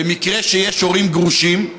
במקרה שיש הורים גרושים,